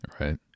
Right